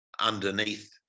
underneath